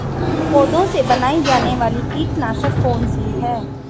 पौधों से बनाई जाने वाली कीटनाशक कौन सी है?